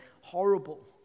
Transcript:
horrible